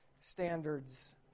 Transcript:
standards